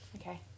Okay